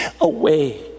away